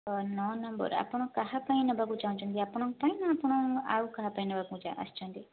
ନଅ ନମ୍ବର ଆପଣ କାହା ପାଇଁ ନେବାକୁ ଚାହୁଁଛନ୍ତି ଆପଣଙ୍କ ପାଇଁ ନା ଆପଣ ଆଉ କାହା ପାଇଁ ନେବାକୁ ଆସିଛନ୍ତି